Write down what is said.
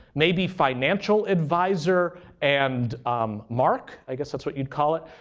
maybe financial advisor and mark i guess that's what you'd call it.